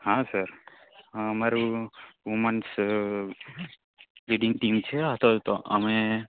હા સર અમારું વુમન્સ સ્પિટિંગ ટીમ છે આ તો તો અમે